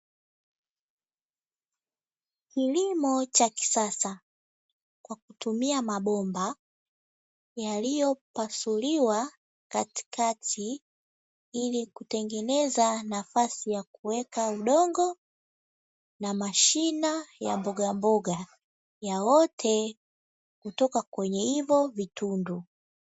Kilimo cha kisasa kwa kutumia mabomba yaliyopasuliwa katikati, ilikutengeneza nafasi ya kuweka udongo na mashina ya mbogamboga, yaote kutoka kwenye hivo vitundu.